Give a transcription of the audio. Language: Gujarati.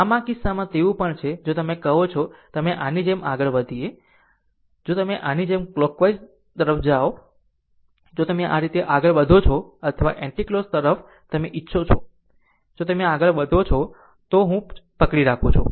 આમ આ કિસ્સામાં તેવું પણ છે જો તમે કહો કે અમે આની જેમ આગળ વધીએ જો તમે આની જેમ કલોકવાઈઝ તરફ જાઓ જો તમે આ રીતે આગળ વધો છો અથવા એન્ટિકલોક દિશા તરફ તમે ઇચ્છો છો જો તમે આ રીતે આગળ વધો છો તો હું જ પકડી રાખું છું